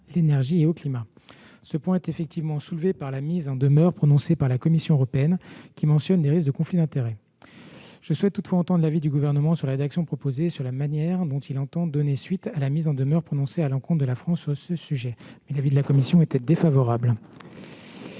l'énergie et au climat. Ce point est effectivement soulevé par la mise en demeure prononcée par la Commission européenne, qui mentionne des risques de conflit d'intérêts. Je souhaite toutefois entendre l'avis du Gouvernement sur la rédaction proposée et sur la manière dont il entend donner suite à la mise en demeure adressée à la France sur ce sujet. En attendant, l'avis de la commission est défavorable.